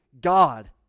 god